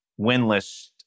winless